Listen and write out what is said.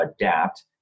adapt